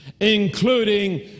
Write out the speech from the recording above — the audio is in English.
Including